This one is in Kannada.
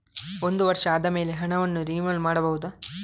ಒಂದು ವರ್ಷ ಆದಮೇಲೆ ಹಣವನ್ನು ರಿನಿವಲ್ ಮಾಡಬಹುದ?